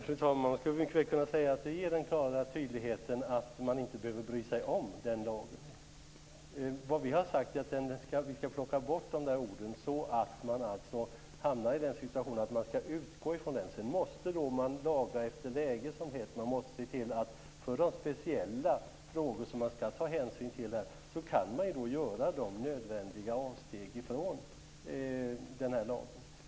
Fru talman! Man skulle mycket väl kunna säga att det ger den klara tydligheten att man inte behöver bry sig om den lagen. Vad vi har sagt är att vi skall plocka bort de där orden så att man hamnar i den situationen att man skall utgå från den. Sedan måste man laga efter läge, som det heter. Man måste se till att man, för de speciella frågor som man skall ta hänsyn till, kan göra de nödvändiga avstegen från lagen.